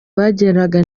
bageraga